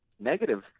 Negative